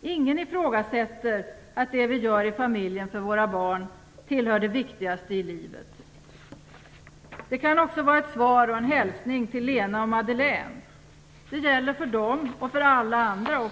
Ingen ifrågasätter att det vi gör i familjen för våra barn tillhör det viktigaste i livet. Det kan också vara ett svar och en hälsning till Lena och Madelèn. Det gäller för dem och för alla andra,